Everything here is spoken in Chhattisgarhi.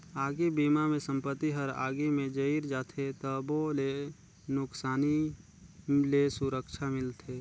आगी बिमा मे संपत्ति हर आगी मे जईर जाथे तबो ले नुकसानी ले सुरक्छा मिलथे